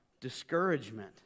discouragement